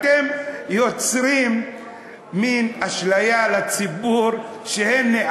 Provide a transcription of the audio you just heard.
אתם יוצרים מין אשליה לציבור שהנה,